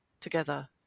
together